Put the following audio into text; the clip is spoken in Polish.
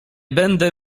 będę